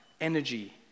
energy